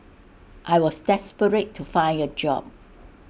I was desperate to find A job